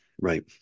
right